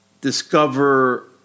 discover